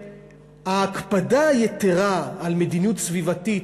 שההקפדה היתרה על מדיניות סביבתית,